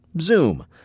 Zoom